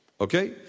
Okay